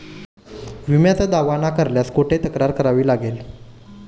विम्याचा दावा नाकारल्यास कुठे तक्रार करावी लागेल?